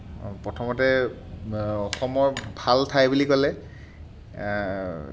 প্ৰথমতে অসমৰ ভাল ঠাই বুলি ক'লে